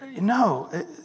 no